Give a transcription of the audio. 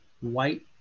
white